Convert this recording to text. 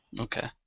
Okay